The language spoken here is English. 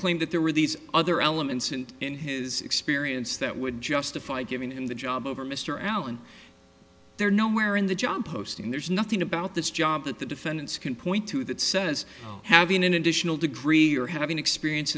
claim that there were these other elements and in his experience that would justify giving him the job over mr allan there nowhere in the john posting there's nothing about this job that the defendants can point to that says having an additional degree or having experience